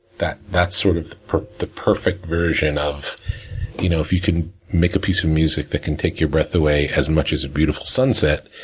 that's sort of the perfect version of you know if you can make a piece of music that can take your breath away as much as a beautiful sunset,